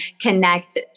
connect